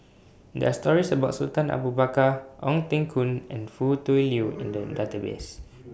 There Are stories about Sultan Abu Bakar Ong Teng Koon and Foo Tui Liew in The Database